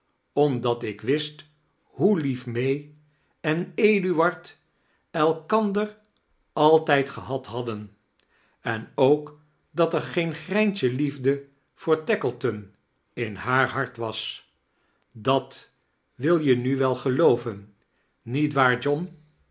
omdat ik wist hoe lief may en eduard elkander altijd gehad hadden en ook dat er geen greintje liefde voor taekleton in haar hart was dat wil je nu wel gelooven nietwaar john